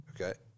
Okay